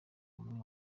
umwe